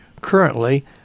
Currently